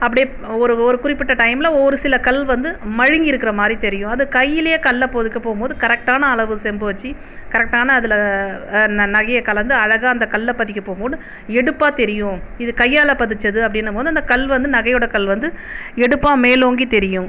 அப்டி ஒரு ஒரு குறிப்பிட்ட டைம்மில் ஒரு சில கல் வந்து மழுங்கி இருக்குற மாதிரி தெரியும் அது கையிலேயே கல்ல பொதுக்க போகுமோது கரக்டான அளவு செம்பு வச்சு கரக்டான அதில் ந நகையை கலந்து அழகாக அந்த கல்லை பதிக்க போகுமோது எடுப்பாக தெரியும் இது கையால் பதிச்சது அப்படினம்போது அந்த கல் வந்து நகையோட கல் வந்து எடுப்பாக மேலோங்கி தெரியும்